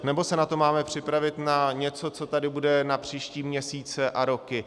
Nebo se na to máme připravit jako na něco, co tady bude na příští měsíce a roky?